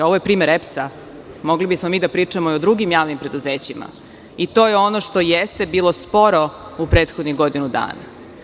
Ovo je primer EPS, mogli smo mi da pričamo i o drugim javnim preduzećima i to je ono što jeste bilo sporo u prethodnih godinu dana.